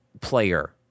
player